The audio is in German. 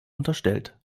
unterstellt